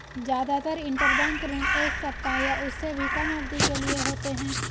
जादातर इन्टरबैंक ऋण एक सप्ताह या उससे भी कम अवधि के लिए होते हैं